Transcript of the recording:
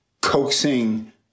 coaxing